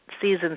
seasons